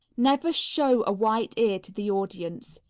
never show a white ear to the audience.